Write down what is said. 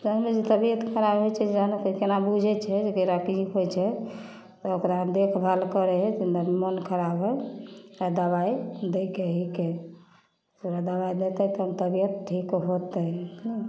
कयबेर तबियत खराब होइ छै बैलके केना बुझै छै जे कि एकरा की होइ छै तऽ ओकरा देखभाल करै हइ तऽ मोन खराब हइ एकरा दबाइ दैके हिकै ओकरा दबाइ देतै तऽ तबियत ठीक होतै